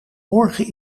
morgen